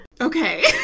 Okay